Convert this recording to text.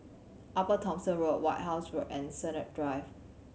Upper Thomson Road White House Road and Sennett Drive